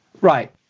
Right